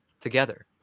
together